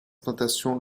plantation